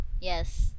Yes